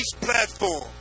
platform